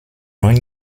neun